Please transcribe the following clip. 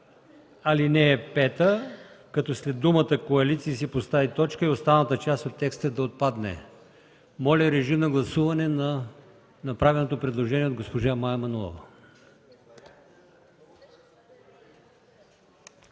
То беше по ал. 5, като след думата „коалиции” се поставя точка и останалата част от текста да отпадне. Моля, гласувайте направеното предложение от госпожа Мая Манолова.